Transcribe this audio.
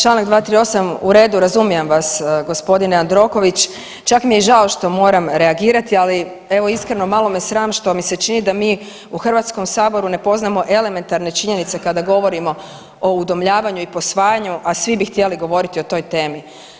Članak 238., u redu razumijem vas gospodine Jandroković čak mi je žao što moram reagirati, ali evo iskreno malo me sram što mi se čini da mi u Hrvatskom saboru ne poznamo elementarne činjenice kada govorimo o udomljavanju i posvajanju, a svi bi htjeli govoriti o toj temi.